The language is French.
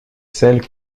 celles